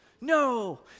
No